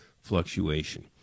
fluctuation